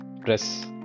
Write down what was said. press